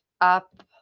up